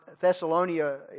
Thessalonica